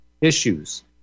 issues